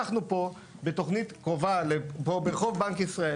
אנחנו פה בתכנית קרובה, פה ברחוב בנק ישראל.